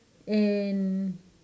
and